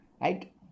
Right